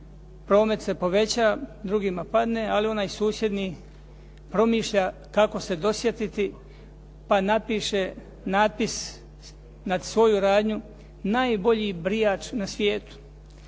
promet se poveća, drugima padne, ali onaj susjedni promišlja kako se dosjetiti pa napiše natpis nad svoju radnju "Najbolji brijač na svijetu".